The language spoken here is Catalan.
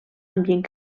ambient